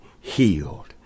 healed